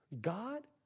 God